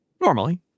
normally